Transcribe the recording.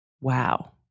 Wow